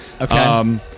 Okay